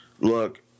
Look